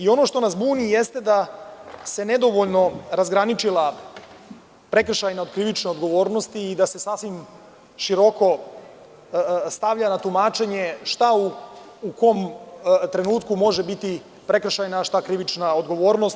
Ono što nas buni jeste da se nedovoljno razgraničila prekršajna od krivične odgovornosti i da se sasvim široko stavlja na tumačenje šta u kom trenutku može biti prekršajna, a šta krivična odgovornost.